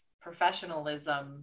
professionalism